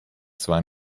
zwar